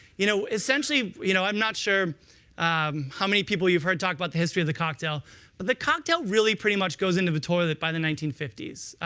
you know essentially you know i'm not sure um how many people you've heard talk about the history of the cocktail but the cocktail really pretty much goes into the toilet by the nineteen fifty s.